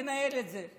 וינהל את זה.